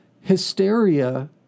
hysteria